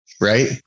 right